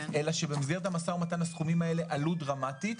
אלא שבמסגרת המשא ומתן הסכומים האלה עלו דרמטית,